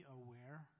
aware